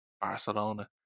Barcelona